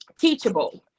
teachable